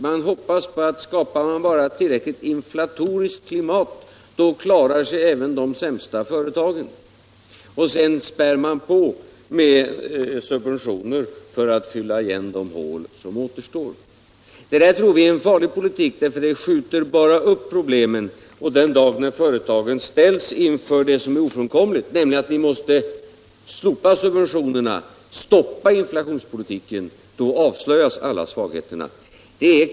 Man hoppas på att bara man skapar ett tillräckligt inflatoriskt klimat så klarar sig även de sämsta företagen, och sedan späder man på med subventioner för att fylla igen de hål som återstår. Det där tror vi är en farlig politik, eftersom den bara skjuter upp problemen. Den dag när företagen ställs inför det ofrånkomliga, nämligen att vi måste slopa subventionerna och stoppa inflationspolitiken, avslöjas alla svagheterna.